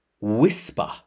whisper